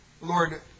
Lord